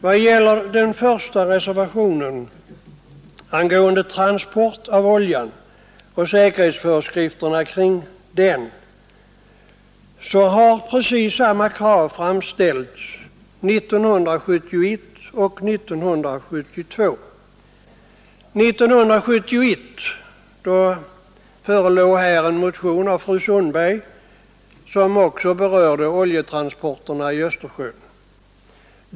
Vad gäller den första reservationen angående transport av olja och säkerhetsföreskrifterna kring detta så har precis samma krav framställts år 1971 och år 1972. År 1971 förelåg en motion av fru Sundberg som berörde oljetransporterna i Östersjön.